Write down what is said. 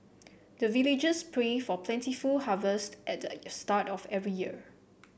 the villagers pray for plentiful harvest at the start of every year